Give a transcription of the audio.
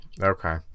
Okay